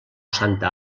santa